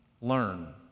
learn